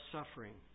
Suffering